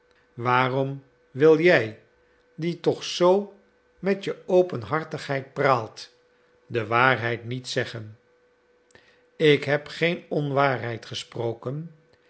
waarom wil jij die toch zoo met je openhartigheid praalt de waarheid niet zeggen ik heb geen onwaarheid gesproken